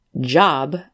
job